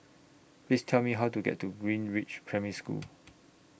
Please Tell Me How to get to Greenridge Primary School